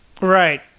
Right